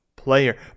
Player